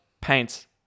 paints